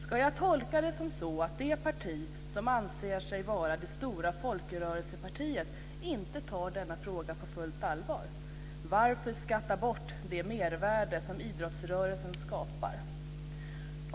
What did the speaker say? Ska jag tolka detta så att det parti som anser sig vara det stora folkrörelsepartiet inte tar denna fråga på fullt allvar? Varför skatta bort det mervärde som idrottsrörelsen skapar?